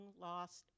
lost